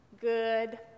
good